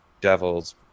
devils